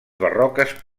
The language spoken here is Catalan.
barroques